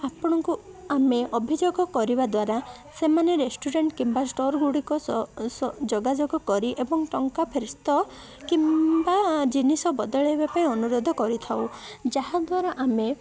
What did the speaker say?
ଆପଣଙ୍କୁ ଆମେ ଅଭିଯୋଗ କରିବା ଦ୍ୱାରା ସେମାନେ ରେଷ୍ଟୁରାଣ୍ଟ କିମ୍ବା ଷ୍ଟୋରଗୁଡ଼ିକ ଯୋଗାଯୋଗ କରି ଏବଂ ଟଙ୍କା ଫେରସ୍ତ କିମ୍ବା ଜିନିଷ ବଦଳେଇବା ପାଇଁ ଅନୁରୋଧ କରିଥାଉ ଯାହାଦ୍ୱାରା ଆମେ